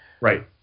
Right